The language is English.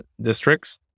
districts